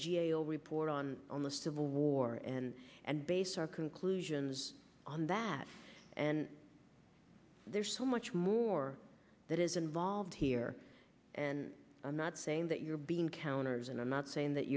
o report on on the civil war and and base our conclusions on that and there's so much more that is involved here and i'm not saying that you're being countered and i'm not saying that